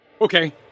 Okay